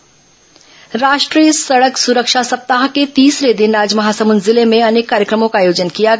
सड़क सुरक्षा सप्ताह राष्ट्रीय सड़क सुरक्षा सप्ताह के तीसरे दिन आज महासमुंद जिले में अनेक कार्यक्रमों का आयोजन किया गया